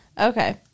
Okay